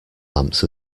lamps